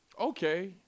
okay